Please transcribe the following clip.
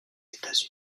états